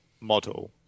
model